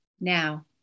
now